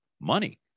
money